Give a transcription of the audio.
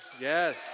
Yes